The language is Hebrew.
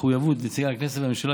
נציגי הכנסת והממשלה,